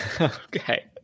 Okay